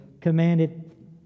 commanded